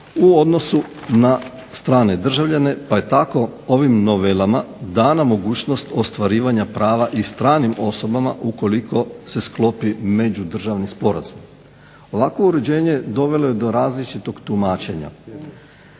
u odnosu na strane državljane pa je tako ovim novelama dana mogućnost ostvarivanja prava i stranim osobama ukoliko se sklopi međudržavni sporazum. Ovakvo uređenje dovelo je do različitog tumačenja